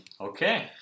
Okay